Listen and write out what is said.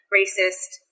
racist